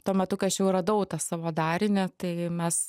tuo metu kai aš jau radau tą savo darinį tai mes